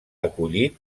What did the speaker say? acollit